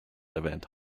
erwähnt